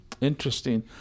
Interesting